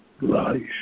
life